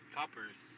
toppers